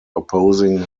opposing